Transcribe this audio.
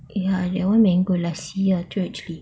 ya that one uh mango lassi tu actually